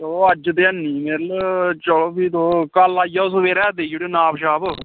ते ओह् अज्ज ऐ नी ऐ चलो फ्ही तुस कल आई जाओ सवेरे देई ओड़ेओ नाप छाप